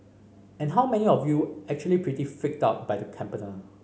and how many of you actually pretty freaked out by the caterpillar